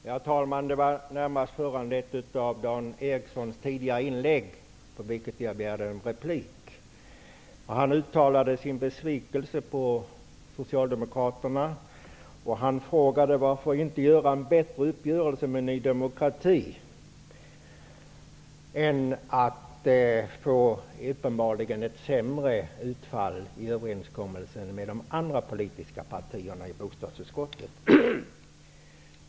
Herr talman! Mitt inlägg är närmast föranlett av Dan Erikssons huvudanförande. Han uttalade sin besvikelse över Socialdemokraterna, och han frågade varför vi inte ville träffa en bättre uppgörelse med Ny demokrati utan i stället träffade en sämre överenskommelse med de andra politiska partierna i bostadsutskottet.